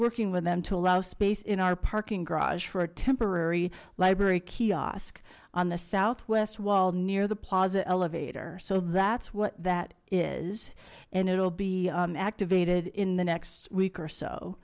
working with them to allow space in our parking garage for a temporary library kiosk on the southwest wall near the plaza elevator so that's what that is and it'll be activated in the next week or so